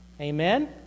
Amen